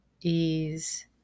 ease